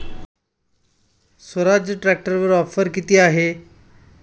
स्वराज्य ट्रॅक्टरवर ऑफर किती आहे?